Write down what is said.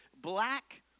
black